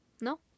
no